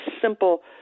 simple